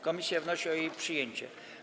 Komisja wnosi o jej przyjęcie.